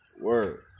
Word